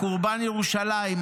חורבן ירושלים,